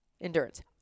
Endurance